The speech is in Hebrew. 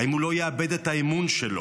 האם הוא לא יאבד את האמון שלו?